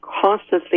constantly